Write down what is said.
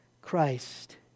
Christ